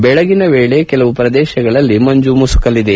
ಬೆಳಗಿನ ವೇಳೆ ಕೆಲವು ಪ್ರದೇಶಗಳಲ್ಲಿ ಮಂಜು ಮುಸುಕಲಿದೆ